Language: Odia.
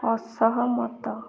ଅସହମତ